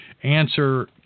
Answer